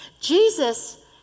Jesus